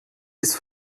ist